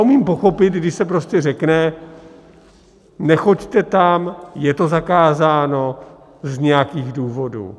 Umím pochopit, když se prostě řekne: nechoďte tam, je to zakázáno z nějakých důvodů.